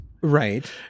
Right